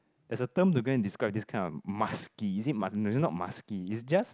there's a term to go in describe this kind of musky is it is not musky is just